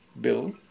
bill